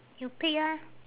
you pick ah